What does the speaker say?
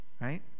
right